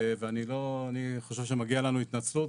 ואני חושב שמגיעה לנו התנצלות.